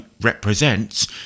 represents